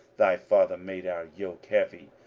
thy father made our yoke heavy,